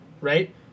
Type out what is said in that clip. right